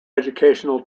educational